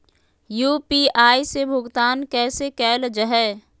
UPI से भुगतान कैसे कैल जहै?